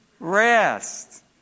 rest